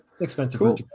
expensive